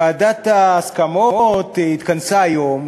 ועדת ההסכמות התכנסה היום,